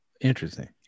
Interesting